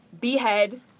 behead